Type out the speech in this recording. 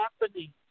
happening